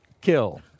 kill